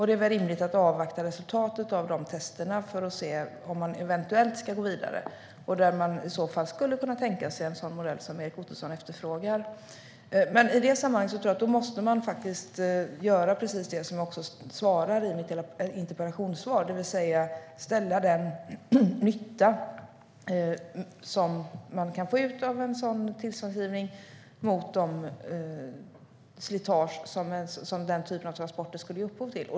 Det är väl rimligt att avvakta resultatet av de testerna för att se om man eventuellt ska gå vidare och i så fall om man kan tänka sig en sådan modell som Erik Ottosson efterfrågar. Men då tror jag att man måste göra precis det som jag säger i mitt interpellationssvar, det vill säga ställa den nytta som går att få ut av en sådan tillståndsgivning mot det slitage som den typen av transporter skulle ge upphov till.